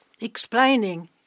explaining